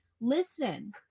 listen